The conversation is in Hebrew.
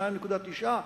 2.9,